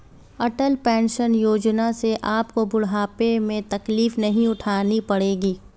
अटल pension योजना से आपको बुढ़ापे में तकलीफ नहीं उठानी पड़ेगी